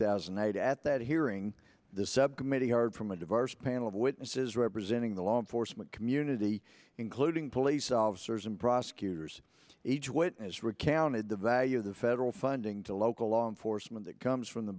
thousand and eight at that hearing the subcommittee heard from a diverse panel of witnesses representing the law enforcement community including police officers and prosecutors each witness recounted the value of the federal funding to local law enforcement that comes from the